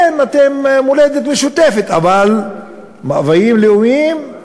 כן, אתם, מולדת משותפת, אבל מאוויים לאומיים,